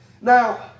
Now